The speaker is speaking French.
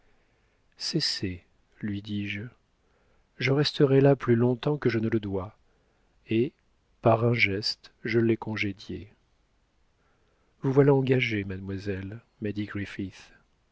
cessez lui dis-je je resterais là plus longtemps que je ne le dois et par un geste je l'ai congédié vous voilà engagée mademoiselle m'a dit